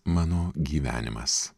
mano gyvenimas